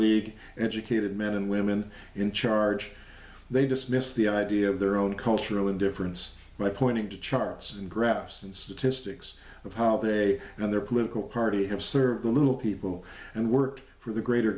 league educated men and women in charge they dismissed the idea of their own cultural indifference by pointing to charts and graphs and statistics of how they and their political party have served the little people and work for the greater